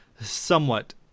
somewhat